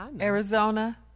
Arizona